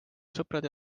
sõprade